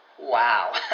Wow